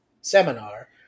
seminar